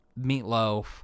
Meatloaf